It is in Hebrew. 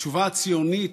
התשובה הציונית,